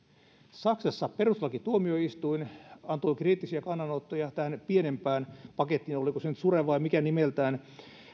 saksassa perustuslakituomioistuin antoi kriittisiä kannanottoja tähän pienempään pakettiin oliko se nyt sure vai mikä nimeltään ja